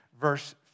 verse